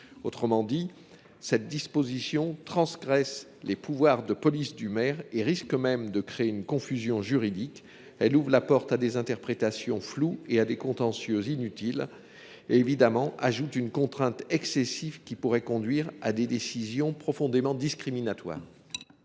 Autrement dit, cette disposition transgresse les pouvoirs de police du maire et risque même de créer une confusion juridique. Elle ouvre la porte à des interprétations floues et à des contentieux inutiles. Elle ajoute une contrainte excessive qui pourrait conduire à des décisions profondément discriminatoires.